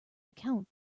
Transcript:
recount